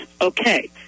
okay